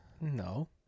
No